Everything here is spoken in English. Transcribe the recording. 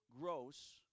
gross